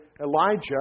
Elijah